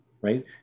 right